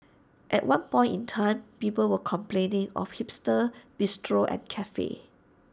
at one point in time people were complaining of hipster bistros and cafes